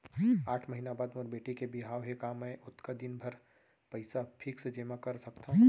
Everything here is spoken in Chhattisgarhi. आठ महीना बाद मोर बेटी के बिहाव हे का मैं ओतका दिन भर पइसा फिक्स जेमा कर सकथव?